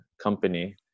company